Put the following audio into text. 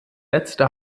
letzte